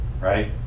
right